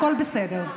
הכול בסדר.